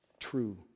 true